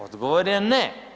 Odgovor je ne.